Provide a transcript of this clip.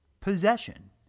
possession